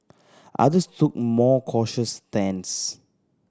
others took more cautious stance